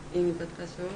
משתתפים,